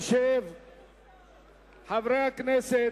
(קורא בשמות חברי הכנסת)